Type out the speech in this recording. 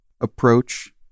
approach